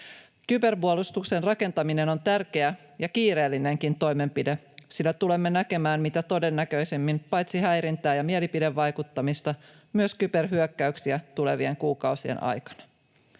Kyberpuolustuksen rakentaminen on tärkeä ja kiireellinenkin toimenpide, sillä tulemme näkemään mitä todennäköisimmin paitsi häirintää ja mielipidevaikuttamista myös kyberhyökkäyksiä tulevien kuukausien aikana.